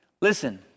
Listen